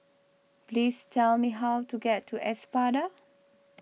please tell me how to get to Espada